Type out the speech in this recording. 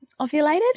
ovulated